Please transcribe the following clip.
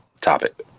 topic